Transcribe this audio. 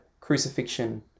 crucifixion